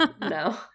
No